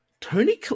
tony